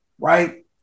right